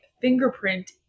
fingerprint